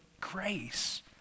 grace